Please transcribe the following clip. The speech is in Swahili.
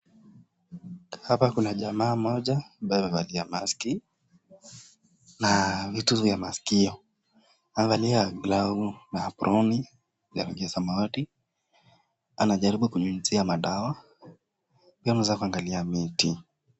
Hapa kuna jamaa mmoja ambaye aliyevalia maski , na vitu vya maskio. Amevalia glavu na aproni ya rangi ya samawati, anajaribu kunyunyuzia madawa. Pia naweza kuangalia miti.